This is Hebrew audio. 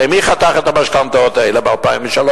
הרי מי חתך את המשכנתאות האלה ב-2003?